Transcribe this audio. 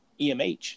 emh